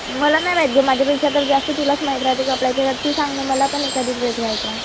मला नाही माहीत गं माझ्यापेक्षा तर जास्त तुलाच माहीत राहते कपड्याच्या तू सांग ना मला पण एखादी ड्रेस घ्यायचा आहे